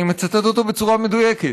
אני מצטט אותו בצורה מדויקת,